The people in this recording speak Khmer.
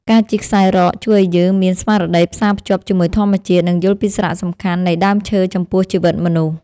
ការជិះខ្សែរ៉កជួយឱ្យយើងមានស្មារតីផ្សារភ្ជាប់ជាមួយធម្មជាតិ និងយល់ពីសារៈសំខាន់នៃដើមឈើចំពោះជីវិតមនុស្ស។